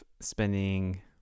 spending